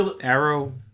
arrow